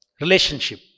relationship